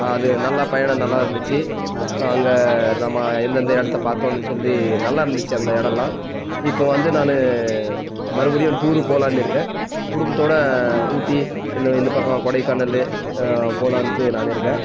அது நல்ல பயணம் நல்லா இருந்துச்சு அங்கே நம்ம எந்தெந்த இடத்த பார்த்தோன்னு சொல்லி நல்லா இருந்துச்சு அந்த இடம்லாம் இப்போ வந்து நானு மறுபடியும் டூரு போகலான்னு இருக்கேன் குடும்பத்தோட ஊட்டி இந்த இந்த பக்கம் கொடைக்கானல்லு போகலான்ட்டு நான் இருக்கேன்